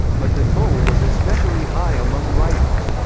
but the toll was especially high among writers.